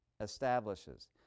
establishes